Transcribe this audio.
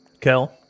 Kel